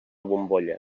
bombolla